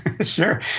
sure